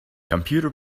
computer